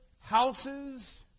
houses